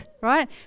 right